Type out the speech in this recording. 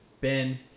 Ben